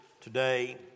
today